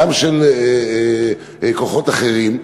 גם של כוחות אחרים,